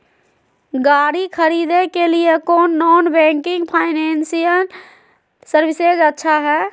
गाड़ी खरीदे के लिए कौन नॉन बैंकिंग फाइनेंशियल सर्विसेज अच्छा है?